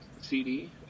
CD